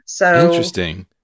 Interesting